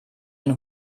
ein